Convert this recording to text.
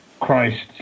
Christ